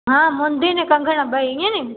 हा मूंडी अने कंगण ॿईं ईअं नी